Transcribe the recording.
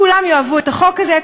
כולם יאהבו את החוק הזה,